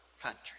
country